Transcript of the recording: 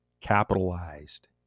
capitalized